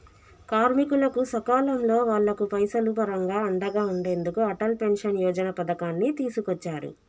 కార్మికులకు సకాలంలో వాళ్లకు పైసలు పరంగా అండగా ఉండెందుకు అటల్ పెన్షన్ యోజన పథకాన్ని తీసుకొచ్చారు